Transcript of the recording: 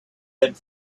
had